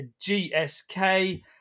GSK